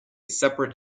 separate